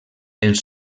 els